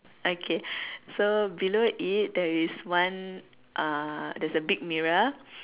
okay so below it there is one uh there's a big mirror